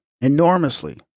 Enormously